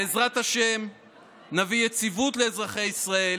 בעזרת השם נביא יציבות לאזרחי ישראל